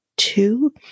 two